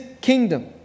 kingdom